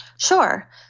Sure